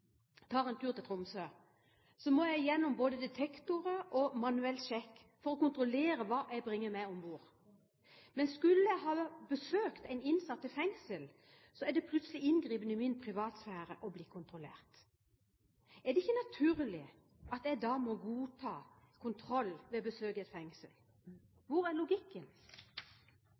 tar en tur til Tromsø, må jeg gjennom både detektorer og manuell sjekk for å kontrollere hva jeg bringer med om bord. Men skulle jeg ha besøkt en innsatt i fengsel, er det plutselig inngripen i min privatsfære å bli kontrollert. Er det ikke naturlig at jeg da må godta kontroll ved besøk i et fengsel? Hvor er logikken?